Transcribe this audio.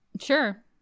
sure